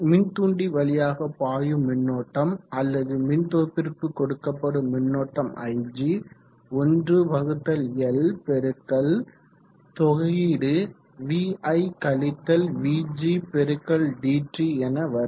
மின் தூண்டி வழியாக பாயும் மின்னோட்டம் அல்லது மின்தொகுப்பிற்கு கொடுக்கப்படும் மின்னோட்டம் ig 1L பெருக்கல் தொகையீடு vi - vg × dt என வரும்